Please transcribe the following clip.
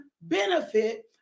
benefit